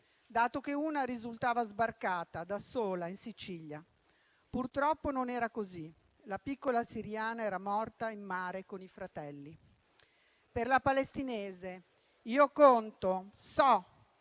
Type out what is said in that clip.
dato che una risultava sbarcata da sola in Sicilia. Purtroppo non era così: la piccola siriana era morta in mare con i fratelli. Per la palestinese io conto, so